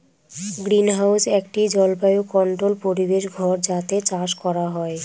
greenhouse একটি জলবায়ু controlled পরিবেশ ঘর যাতে চাষ করা হয়